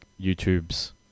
YouTube's